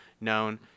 known